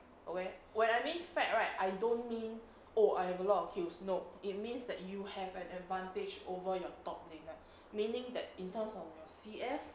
where when I mean fact right I don't mean oh I have a lot of heals no it means that you have an advantage over your top lignite meaning that in terms of your C_S